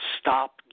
Stop